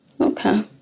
Okay